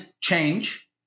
change